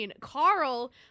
Carl